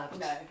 No